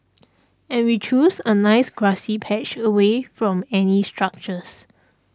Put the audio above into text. and we chose a nice grassy patch away from any structures